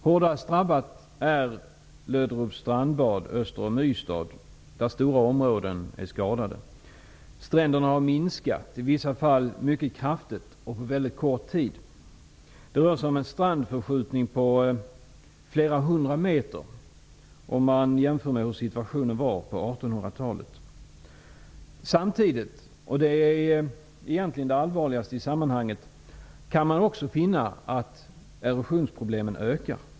Hårdast drabbat är Löderups strandbad öster om Ystad, där stora områden är skadade. Stränderna har minskat, i vissa fall kraftigt och på mycket kort tid. Det rör sig om en strandförskjutning på flera hundra meter jämfört med hur situationen var på Samtidigt -- och det är egentligen det allvarligaste i sammanhanget -- kan man också finna att erosionsproblemen ökar.